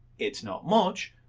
it's not much,